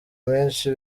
menshi